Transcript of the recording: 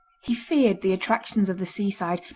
he feared the attractions of the seaside,